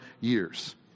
years